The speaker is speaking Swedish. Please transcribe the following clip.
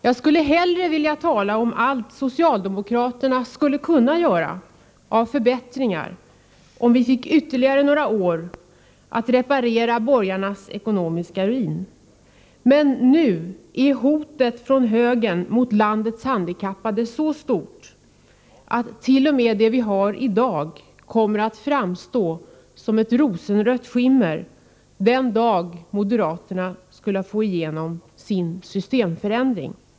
Jag skulle hellre vilja tala om allt socialdemokraterna skulle kunna göra av förbättringar om vi fick ytterligare några år att reparera borgarnas ekonomiska ruin, men nu är hotet från högern mot landets handikappade så stort att t.o.m. det vi har i dag kommer att framstå som i ett rosenrött skimmer den dag moderaterna skulle få igenom sin systemförändring.